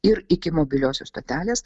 ir iki mobiliosios stotelės